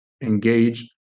engage